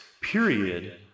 period